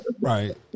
Right